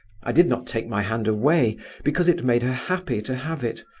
i did not take my hand away because it made her happy to have it,